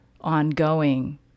ongoing